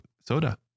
soda